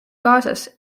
kaasas